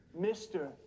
Mr